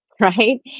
right